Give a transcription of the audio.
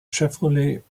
chevrolet